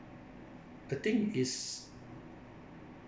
the thing is